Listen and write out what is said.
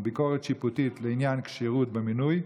ביקורת שיפוטית לעניין כשירות במינוי),